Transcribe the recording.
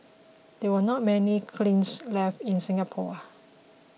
there are not many kilns left in Singapore